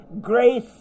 grace